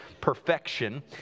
perfection